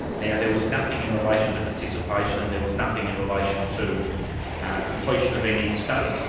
now, there was nothing in relation to participation, there was nothing in relation to completion of any study,